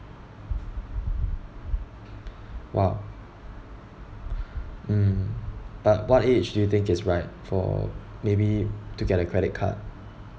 !wow! mm but what age do you think is right for maybe to get a credit card